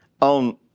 on